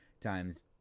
times